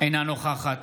אינה נוכחת